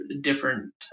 different